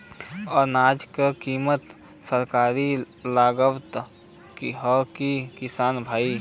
अनाज क कीमत सरकार लगावत हैं कि किसान भाई?